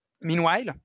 Meanwhile